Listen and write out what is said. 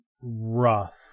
rough